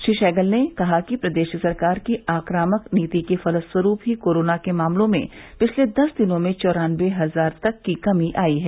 श्री सहगल ने कहा कि प्रदेश सरकार की आक्रामक नीति के फलस्वरूप ही कोरोना के मामलों में पिछले दस दिनों में चौरानबे हजार तक की कमी आई है